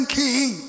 king